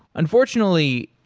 unfortunately,